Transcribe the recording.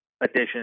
addition